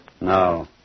No